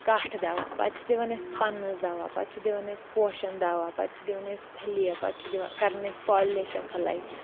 کاٹھٕ دَوا پتہٕ چھِ دِوان أسۍ پَنَس دَوا پتہٕ چھِ دِوان أسۍ پوشَن دَوا پتہٕ چھِ دِوان أسۍ پھلیہِ پتہٕ چھِ دِوان أسۍ کَران أسۍ پالِنیٖشن پھٕلَے